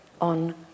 on